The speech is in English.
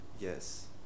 yes